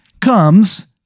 comes